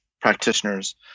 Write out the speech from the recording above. practitioners